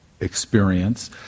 experience